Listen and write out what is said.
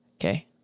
Okay